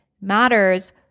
Matters